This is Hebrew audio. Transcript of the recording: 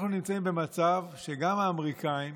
אנחנו נמצאים במצב שגם האמריקאים